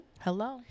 Hello